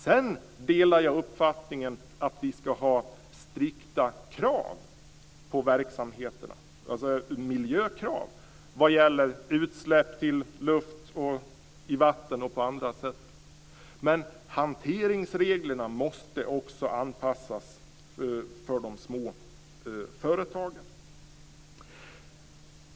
Jag delar uppfattningen att vi ska ha strikta miljökrav på verksamheterna vad gäller utsläpp i luft och i vatten. Men hanteringsreglerna måste anpassas till de små företagen.